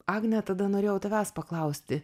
agne tada norėjau tavęs paklausti